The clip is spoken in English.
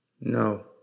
No